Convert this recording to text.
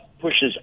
pushes